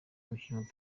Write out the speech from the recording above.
umukinnyi